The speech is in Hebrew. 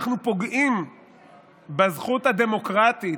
אנחנו פוגעים בזכות הדמוקרטית,